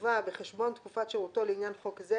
תובא בחשבון תקופת שירותו לעניין חוק זה,